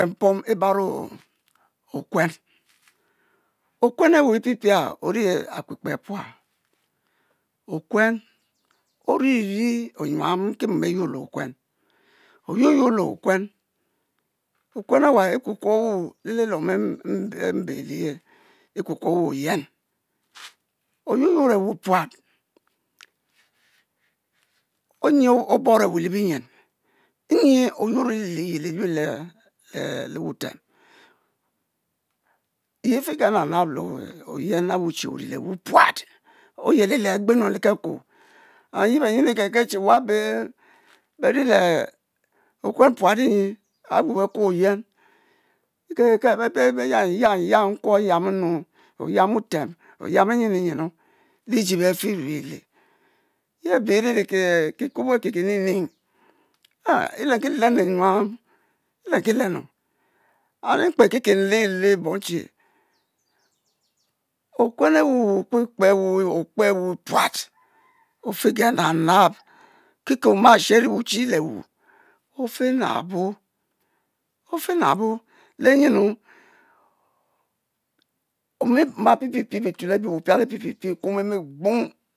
mkpe mpom ibarro okuen okuen awu epiepie ori akpekpe apual, okuen iri ri nyuam ki mom ayour le okuen okuen awa ikuokuo wa le li luom embe oyen oyuorr le wa puat nyi oborrewe le binyin nyi o'yuoro le liyel elue le e'wutem yi efigenab nab de oyer awu che ori le wu puat oyeli le agbene le kekuo and ye benyen ikekel che wabe be ri le okuen puat nyi awu be kuo oyen ekeki kel benyiam yiam yiam nku ayiam nnu, oyiam wutem oyian enyinu yenu liji be firu ele ye abe le kikubo aki kinini elen ki lenu nyuam elenki lenu and mkpe nlele bom che okuen awu we okpekpe awa puat ofige naba nab kike omashero wuchi le wu ofenabo ofenabo, lenyenu omima piepie pie bituel abi omimal pie pie bitual abi opule ekuo eme gbuang